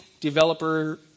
developer